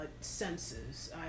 senses